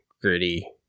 gritty